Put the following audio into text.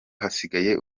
hasigaye